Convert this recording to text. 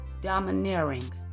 domineering